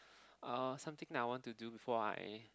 uh something that I want to do before I